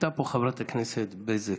הייתה פה חברת הכנסת בזק,